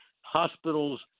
hospitals